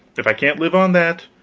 if i can't live on that,